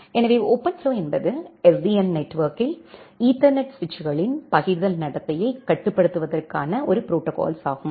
எனவே ஓபன்ஃப்ளோ என்பது SDN நெட்வொர்க்கில் ஈத்தர்நெட் சுவிட்சுகளின் பகிர்தல் நடத்தையை கட்டுப்படுத்துவதற்கான ஒரு ப்ரோடோகால்ஸ் ஆகும்